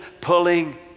pulling